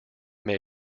may